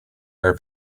are